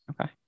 Okay